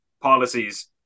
policies